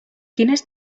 quines